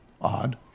odd